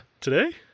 Today